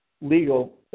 legal